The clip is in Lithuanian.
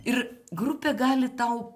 ir grupė gali tau